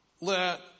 Let